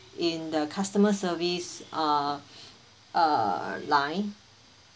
in the customer service uh uh line